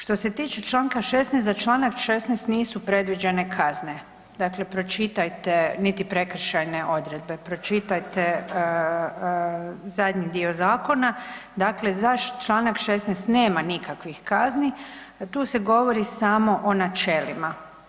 Što e tiče čl. 16., za čl. 16. nisu predviđene kazne, dakle pročitajte, niti prekršajne odredbe, pročitajte zadnji dio zakona, dakle za čl. 16. nema nikakvih kazni, tu se govori samo o načelima.